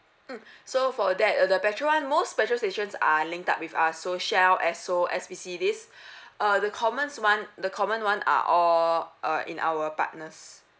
mm so for that uh the petrol one most petrol stations are linked up with us so shell esso S_P_C this uh the commons one the common one are all uh in our partners